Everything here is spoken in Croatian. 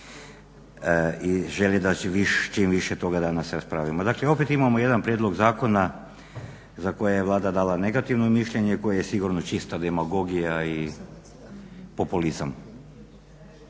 i želim da čim više toga danas raspravimo. Dakle, opet imamo jedan prijedlog zakona za koje je Vlada dala negativno mišljenje i koje je sigurno čista demagogija i populizam.